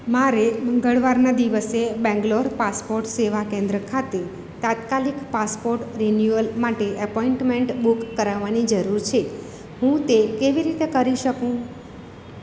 મારે મંગળવારના દિવસે બેંગ્લોર પાસપોર્ટ સેવા કેન્દ્ર ખાતે તાત્કાલિક પાસપોર્ટ રીન્યુઅલ માટે એપોઇન્ટમેન્ટ બુક કરાવવાની જરૂર છે હું તે કેવી રીતે કરી શકું